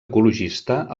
ecologista